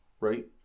right